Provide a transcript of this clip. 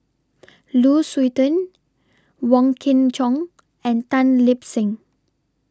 Lu Suitin Wong Kin Jong and Tan Lip Seng